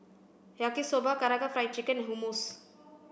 Yaki Soba Karaage Fried Chicken and Hummus